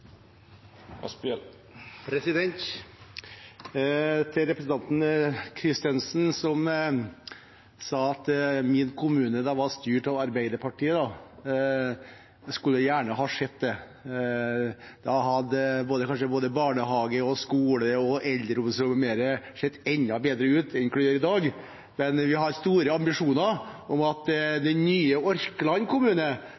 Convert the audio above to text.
Til representanten Kristensen, som sa at min kommune var styrt av Arbeiderpartiet: Jeg skulle gjerne ha sett det. Da hadde kanskje både barnehage, skole, eldreomsorg m.m. sett enda bedre ut enn de gjør i dag. Men vi har store ambisjoner om at